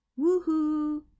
Woohoo